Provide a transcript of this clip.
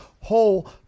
whole